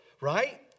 Right